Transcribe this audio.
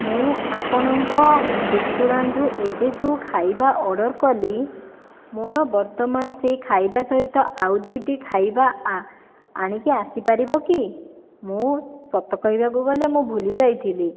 ମୁଁ ଆପଣଙ୍କ ରେଷ୍ଟୁରାଣ୍ଟରୁ ଏବେ ଯେଉଁ ଖାଇବା ଅର୍ଡ଼ର କଲି ମୋର ବର୍ତ୍ତମାନ ସେଇ ଖାଇବା ସହିତ ଆଉ ଦୁଇଟି ଖାଇବା ଆଣିକି ଆସିପାରିବ କି ମୁଁ ସତ କହିବାକୁ ଗଲେ ମୁଁ ଭୁଲିଯାଇଥିଲି